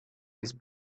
his